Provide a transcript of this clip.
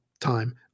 time